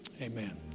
amen